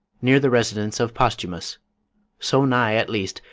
near the residence of posthumus so nigh, at least,